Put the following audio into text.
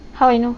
how I know